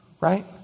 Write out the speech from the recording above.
right